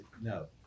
No